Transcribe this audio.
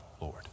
Lord